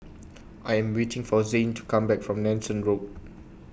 I Am waiting For Zhane to Come Back from Nanson Road